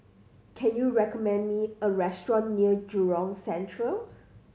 can you recommend me a restaurant near Jurong Central